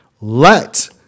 Let